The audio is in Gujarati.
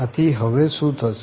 આથી હવે શું થશે